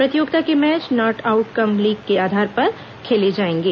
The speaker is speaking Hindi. प्रतियोगिता के मैच नॉकआउट कम लीग के आधार पर खेले जाएंगे